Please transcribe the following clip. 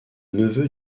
neveu